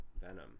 Venom